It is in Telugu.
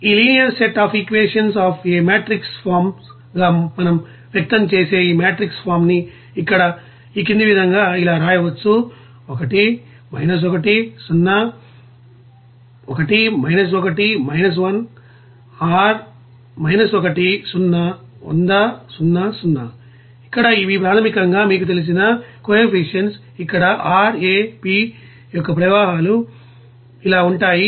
ఈ linear set of equations as a matrix forms గా మనం వ్యక్తం చేస్తే ఈ మెట్రిక్ ఫార్మ్ ని ఇక్కడ ఈ విధంగా వ్రాయవచ్చు ఇక్కడ ఈ 1 1 1 ఇవి ప్రాథమికంగా మీకు తెలిసిన కోఎఫిసిఎంట్స్ ఇక్కడ R A P యొక్క ప్రవాహాలు ఇలా ఉంటాయి